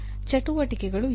ಚಟುವಟಿಕೆಗಳು ಯಾವುವು